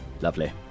lovely